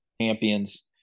champions